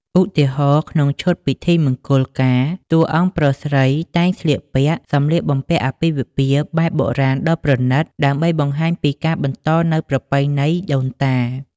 ឧទាហរណ៍ ក្នុងឈុត ពិធីមង្គលការ តួអង្គប្រុសស្រីតែងស្លៀកពាក់ សម្លៀកបំពាក់អាពាហ៍ពិពាហ៍បែបបុរាណ ដ៏ប្រណីត ដើម្បីបង្ហាញពីការបន្តនូវប្រពៃណីដូនតា។